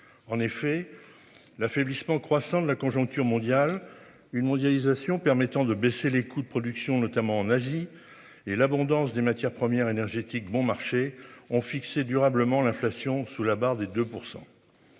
en effet. L'affaiblissement croissant de la conjoncture mondiale une mondialisation permettant de baisser les coûts de production, notamment en Asie et l'abondance des matières premières énergétiques bon marché ont fixé durablement l'inflation sous la barre des 2%.